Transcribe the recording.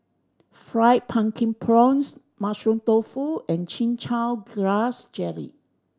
Fried Pumpkin Prawns Mushroom Tofu and Chin Chow Grass Jelly